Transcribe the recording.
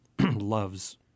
loves